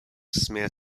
smear